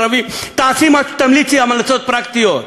"ערבים"; תמליצי המלצות פרקטיות.